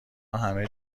همه